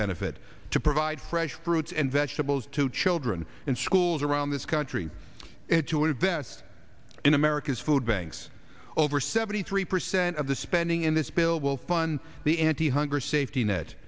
benefit to provide fresh fruits and vegetables to children in schools around this country and to invest in america's food banks over seventy three percent of the spending in this bill will fund the anti hunger safety net